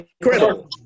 incredible